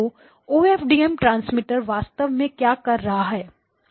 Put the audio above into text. तो O F D M transmitter वास्तव में क्या कर रहा है